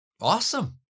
awesome